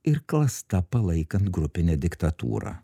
ir klasta palaikant grupinę diktatūrą